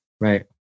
Right